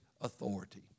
authority